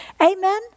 amen